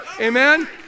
Amen